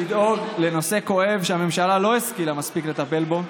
לדאוג לנושא כואב שהממשלה לא השכילה מספיק לטפל בו: